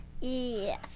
Yes